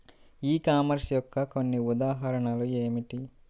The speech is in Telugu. ఈ కామర్స్ యొక్క కొన్ని ఉదాహరణలు ఏమిటి?